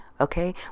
okay